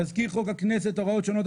תזכיר חוק הכנסת (הוראות שונות),